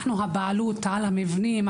אנחנו הבעלות על המבנים,